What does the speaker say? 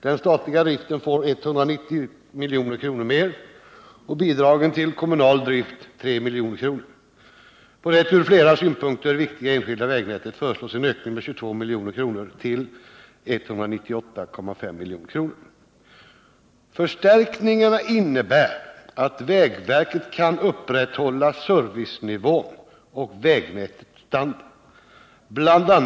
Den statliga driften får 190 milj.kr. mer, och bidragen tiil kommunal drift 3 milj.kr. På det ur flera synpunkter viktiga enskilda vägnätet föreslås en höjning med 22 milj.kr. till 198,5 milj.kr. Förstärkningarna innebär att vägverket kan upprätthålla servicenivån och vägnätets standard. Bl.